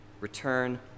Return